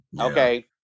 Okay